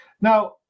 Now